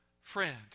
Friend